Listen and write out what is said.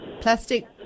plastic